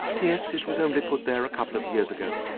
yes, it was only put there a couple of years ago.